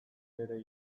ere